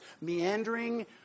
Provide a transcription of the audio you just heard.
meandering